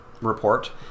report